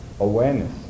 awareness